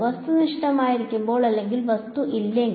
വസ്തുനിഷ്ഠമായിരിക്കുമ്പോൾ അല്ലെങ്കിൽ വസ്തു ഇല്ലെങ്കിൽ